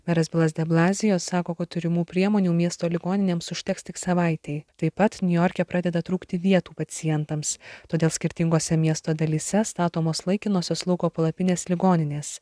meras bilas de blazijo sako kad turimų priemonių miesto ligoninėms užteks tik savaitei taip pat niujorke pradeda trūkti vietų pacientams todėl skirtingose miesto dalyse statomos laikinosios lauko palapinės ligoninės